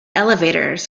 elevators